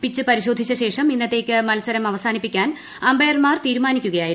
pitch പരിശോധിച്ച് ശേഷം ഇന്നത്തേക്ക് മത്സരം അവസാനിപ്പിക്കാൻ അമ്പയർമാർ തീരുമാനിക്കുകയായിരുന്നു